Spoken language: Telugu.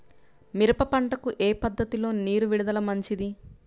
మిరప పంటకు ఏ పద్ధతిలో నీరు విడుదల మంచిది?